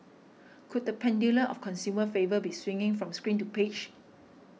could the pendulum of consumer favour be swinging from screen to page